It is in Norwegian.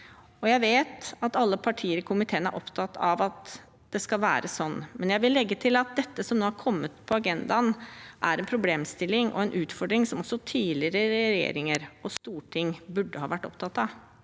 Jeg vet at alle partier i komiteen er opptatt av at det skal være sånn. Men jeg vil legge til at det som nå har kommet på agendaen, er en problemstilling og en utfordring som også tidligere regjeringer og storting burde ha vært opptatt av.